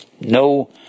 No